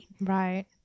Right